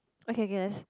okay okay okay let's